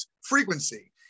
frequency